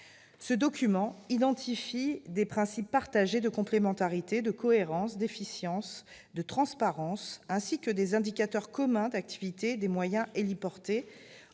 Ce document identifiera des principes partagés de complémentarité, de cohérence, d'efficience, de transparence, ainsi que des indicateurs communs d'activité des moyens héliportés.